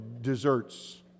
desserts